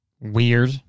Weird